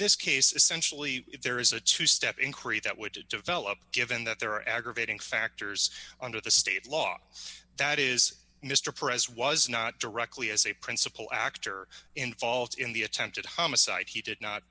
this case essentially there is a two step increase that would develop given that there are aggravating factors under the state law that is mr prez was not directly as a principal actor involved in the attempted homicide he did not